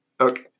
Okay